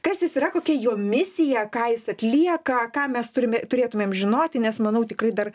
kas jis yra kokia jo misija ką jis atlieka ką mes turim turėtumėm žinoti nes manau tikrai dar